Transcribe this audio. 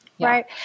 Right